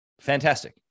fantastic